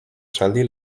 zaldi